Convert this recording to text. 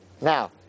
now